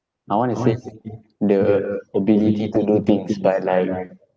I want to say the ability to do things but like